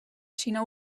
xina